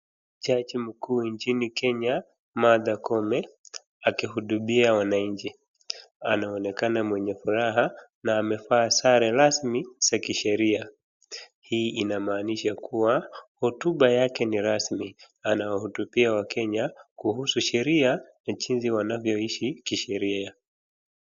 Jaji mkuu nchini Kenya, Martha Koome, akihutubia wananchi, anaonekana mwenye furaha, na amevaa sare rasmi za kisheria. Hii inamaanisha kuwa, hotuba yake ni rasmi, anawahutubia wakenya kuhusu sheria ya jinsi wanavyo ishi, kisheria.